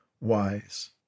wise